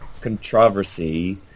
controversy